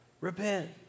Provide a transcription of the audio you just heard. repent